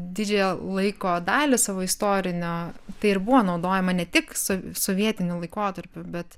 didžiąją laiko dalį savo istorinio tai ir buvo naudojama ne tik so sovietiniu laikotarpiu bet